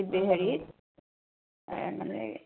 হেৰিত মানে